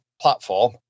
platform